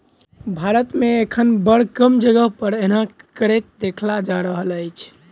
भारत मे एखन बड़ कम जगह पर एना करैत देखल जा रहल अछि